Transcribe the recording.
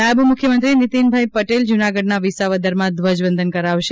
નાયબ મુખ્યમંત્રી શ્રી નીતિનભાઇ પટેલ જૂનાગઢના વિસાવદરમાં ધ્વજવંદન કરાવશે